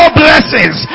blessings